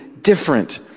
Different